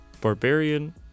Barbarian